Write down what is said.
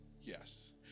yes